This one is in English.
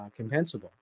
compensable